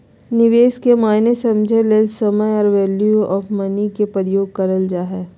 निवेश के मायने समझे ले समय आर वैल्यू ऑफ़ मनी के प्रयोग करल जा हय